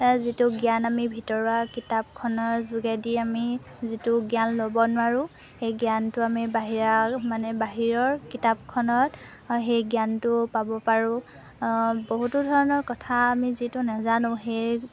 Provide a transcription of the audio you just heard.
যিটো জ্ঞান আমি ভিতৰুৱা কিতাপখনৰ যোগেদি আমি যিটো জ্ঞান ল'ব নোৱাৰোঁ সেই জ্ঞানটো আমি বাহিৰা মানে বাহিৰৰ কিতাপখনত সেই জ্ঞানটো পাব পাৰোঁ বহুতো ধৰণৰ কথা আমি যিটো নাজানো সেই